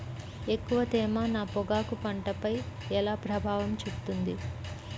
ఎక్కువ తేమ నా పొగాకు పంటపై ఎలా ప్రభావం చూపుతుంది?